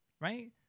right